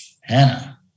Hannah